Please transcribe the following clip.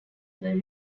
were